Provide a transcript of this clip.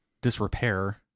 disrepair